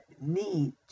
need